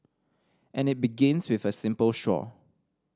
and it begins with a simple straw